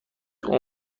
اون